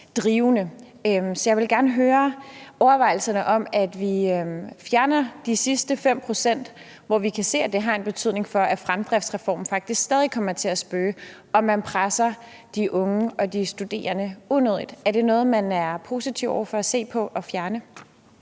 Så jeg vil gerne høre ordførerens overvejelser om, at vi fjerner de sidste 5 pct., hvor vi kan se, at det har en betydning for, at fremdriftsreformen faktisk stadig kommer til at spøge, og at man presser de unge og de studerende unødigt. Er det noget, man er positiv over for at se på at fjerne?